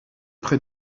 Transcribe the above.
près